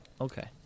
okay